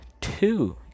two